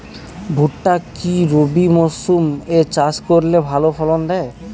ভুট্টা কি রবি মরসুম এ চাষ করলে ভালো ফলন দেয়?